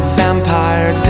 vampire